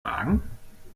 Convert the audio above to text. wagen